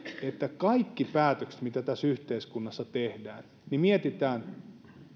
että kaikki päätökset mitä tässä yhteiskunnassa tehdään mietitään